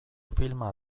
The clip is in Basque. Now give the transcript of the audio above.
filma